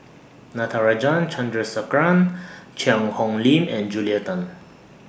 Natarajan Chandrasekaran Cheang Hong Lim and Julia Tan